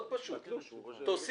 מאוד פשוט: תוסיפו,